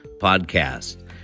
podcast